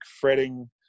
fretting